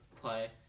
play